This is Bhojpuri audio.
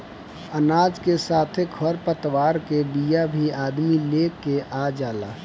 अनाज के साथे खर पतवार के बिया भी अदमी लेके आ जाला